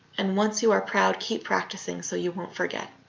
and once you are proud, keep practicing so you won't forget.